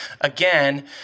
Again